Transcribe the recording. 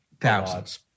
thousands